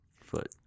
foot